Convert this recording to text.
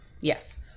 Yes